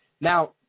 Now